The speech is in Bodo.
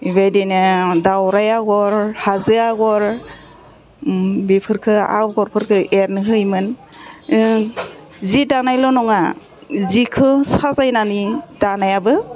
बेबायदिनो दाउराइ आग'र हाजो आग'र बेफोरखो आग'रफोरखौ एरनो होयोमोन जि दानायल' नङा जिखौ साजायनानै दानायाबो